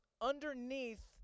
underneath